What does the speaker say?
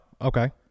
Okay